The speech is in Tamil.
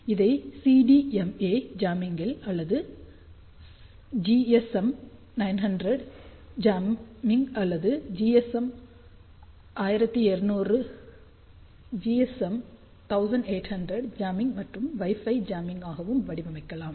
இதை சிடிஎம்ஏ ஜாம்மிங் அல்லது ஜிஎஸ்எம் 900 ஜாம்மிங் அல்லது ஜிஎஸ்எம் 1800 ஜாம்மிங் மற்றும் வைஃபை ஜாம்மிங் க்காகவும் வடிவமைக்கலாம்